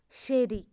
ശരി